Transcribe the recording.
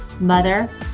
mother